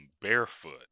barefoot